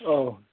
औ